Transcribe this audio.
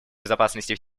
безопасности